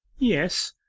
yes.